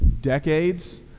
Decades